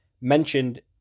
mentioned